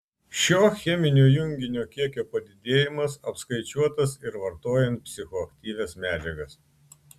šio cheminio junginio kiekio padidėjimas apskaičiuotas ir vartojant psichoaktyvias medžiagas